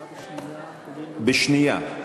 בשנייה,